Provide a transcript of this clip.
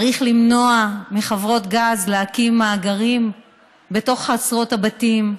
צריך למנוע מחברות גז להקים מאגרים בתוך חצרות הבתים.